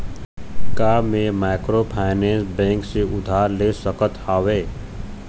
का मैं microfinance bank से उधार ले सकत हावे?